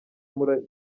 muri